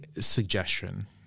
suggestion